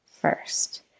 first